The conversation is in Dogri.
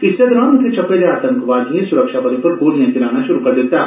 इस्सै दौरान उत्थै छप्पे दे आतंकवादियें सुरक्षाबलें उप्पर गोलियां चलाना शुरू करी दित्ता